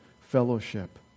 fellowship